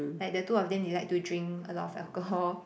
like the two of them they like to drink a lot of alcohol